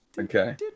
Okay